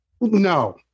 No